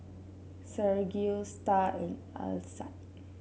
Sergio Star and Alcide